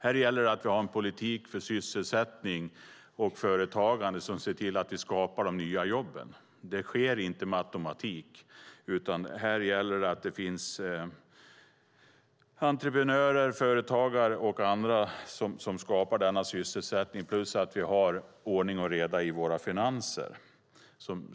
Det gäller att vi har en politik för sysselsättning och företagande som ser till att vi skapar de nya jobben. Det sker inte med automatik, utan det gäller att det finns entreprenörer, företagare och andra som skapar denna sysselsättning samt att vi har ordning och reda i våra finanser.